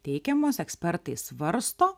teikiamos ekspertai svarsto